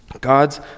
God's